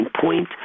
point